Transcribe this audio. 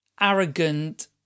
arrogant